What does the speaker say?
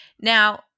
Now